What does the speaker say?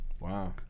wow